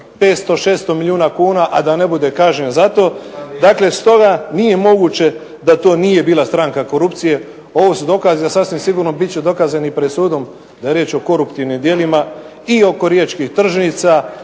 500, 600 milijuna kuna, a da ne bude kažnjen zato. Dakle, stoga nije moguće da to nije bila stranka korupcije. Ovo su dokazi, a sasvim sigurno bit će dokazani pred sudom da je riječ o koruptivnim djelima i oko Riječkih tržnica.